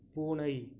பூனை